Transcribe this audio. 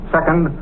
Second